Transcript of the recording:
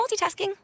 multitasking